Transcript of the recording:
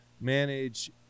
manage